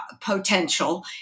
potential